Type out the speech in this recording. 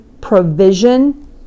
provision